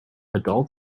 adults